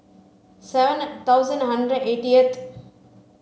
seven thousand hundred eightieth